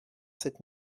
cette